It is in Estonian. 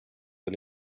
oli